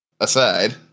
aside